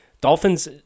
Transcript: Dolphins